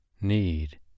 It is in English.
need